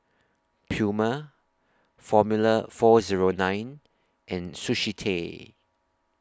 Puma Formula four Zero nine and Sushi Tei